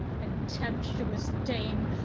contemptuous dame,